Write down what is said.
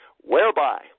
whereby